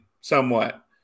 somewhat